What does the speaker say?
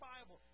Bible